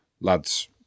Lads